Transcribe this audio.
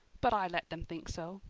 but i let them think so.